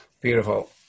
Beautiful